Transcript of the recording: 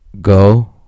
go